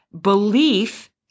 belief